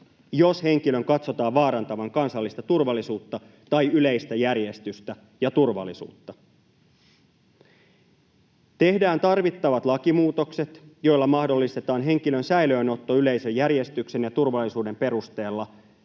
jos henkilön katsotaan vaarantavan kansallista turvallisuutta tai yleistä järjestystä ja turvallisuutta.” 3) ”Tehdään tarvittavat lakimuutokset, joilla mahdollistetaan henkilön säilöönotto yleisen järjestyksen ja turvallisuuden perusteella